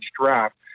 draft